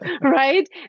Right